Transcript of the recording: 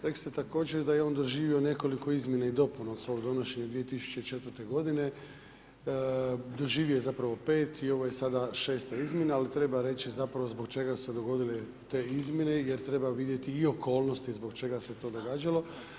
Rekli ste također da je on doživio nekoliko izmjena i dopuna od svog donošenja 2004. godine, doživio je zapravo pet i ovo je sada šesta izmjena, ali treba reći zapravo zbog čega su se dogodile te izmjene jer treba vidjeti i okolnosti zbog čega se to događalo.